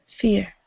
fear